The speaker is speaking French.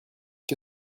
que